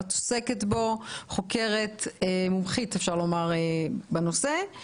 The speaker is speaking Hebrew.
את עוסקת בו וחוקרת מומחית בנושא.